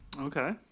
Okay